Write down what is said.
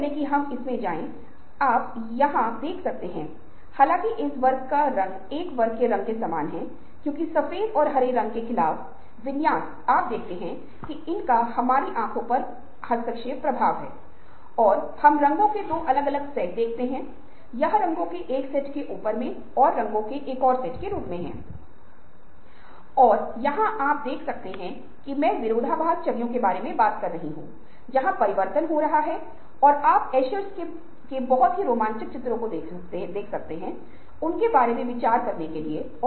इसी तरह हम जो सवाल पूछते हैं और हम विचारों का मूल्यांकन करते हैं और परीक्षण करते हैं और फिर हम अंत में तय करते हैं कि यह वह विचार है जो एक नया नवाचार ला सकता है या यह एक नया रचनात्मक विचार है